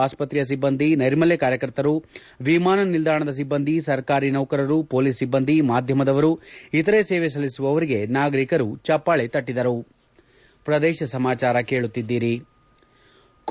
ಆಸ್ಪತ್ರೆಯ ಸಿಬ್ಬಂದಿ ನೈರ್ಮಲ್ಯ ಕಾರ್ಯಕರ್ತರು ವಿಮಾನ ನಿಲ್ದಾಣದ ಸಿಬ್ಬಂದಿ ಸರ್ಕಾರಿ ನೌಕರರು ಪೊಲೀಸ್ ಸಿಬ್ಬಂದಿ ಮಾಧ್ಯಮದವರು ಇತರೆ ಸೇವೆ ಸಲ್ಲಿಸುವವರಿಗೆ ನಾಗರಿಕರು ಚಪ್ಪಾಳೆ ತಟ್ಟದರು